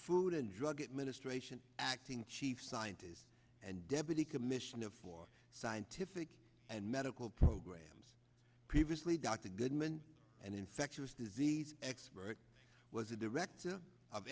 food and drug administration acting chief scientist and deputy commissioner for scientific and medical programs previously got the goodman and infectious disease expert was the director of